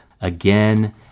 Again